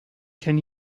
can